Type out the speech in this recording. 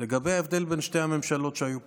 לגבי ההבדל בין שתי הממשלות שהיו פה,